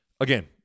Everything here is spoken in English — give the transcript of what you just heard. Again